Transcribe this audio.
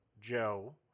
Joe